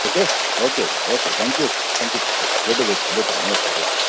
okay okay sir okay thank you thank you sir भेटू भेटू भेटू नमस्कार ओके